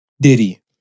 Diddy